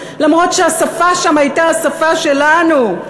למרות שהשפה שם הייתה השפה שלנו,